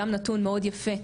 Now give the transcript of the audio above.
גם נתון מאוד יפה,